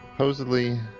Supposedly